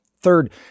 Third